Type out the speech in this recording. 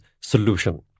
solution